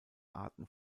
arten